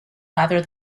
rather